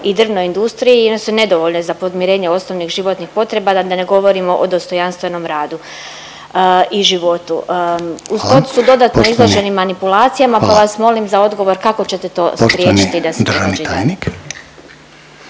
i drvnoj industriji i one su nedovoljne za podmirenje osnovnih životnih potreba, da ne govorimo o dostojanstvenom radu i životu …/Upadica Reiner: Hvala./… uz to su dodatno izloženi manipulacijama, pa vas molim za odgovor kako ćete spriječiti